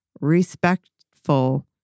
respectful